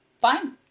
fine